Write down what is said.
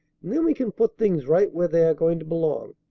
and then we can put things right where they are going to belong.